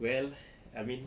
well I mean